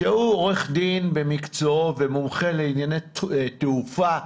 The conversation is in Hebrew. שהוא עורך דין במקצועו ומומחה לענייני תעופה,